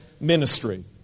ministry